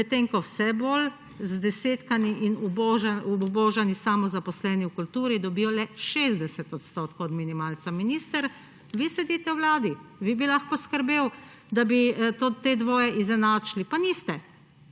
medtem ko vse bolj zdesetkani in obubožani samozaposleni v kulturi dobijo le 60 odstotkov od minimalca. Minister, vi sedite v vladi, vi bi lahko poskrbeli, da bi to dvoje izenačili, pa niste.